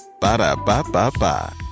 Ba-da-ba-ba-ba